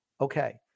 Okay